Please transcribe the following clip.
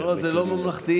לא זה לא ממלכתיים,